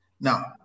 Now